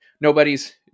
nobody's